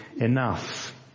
enough